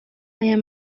aya